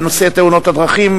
על נושא תאונות הדרכים?